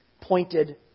pointed